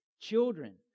Children